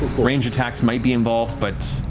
range attacks might be involved, but,